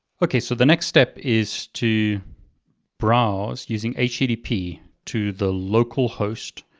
okay, so the next step is to browse using http to the localhost